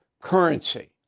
currency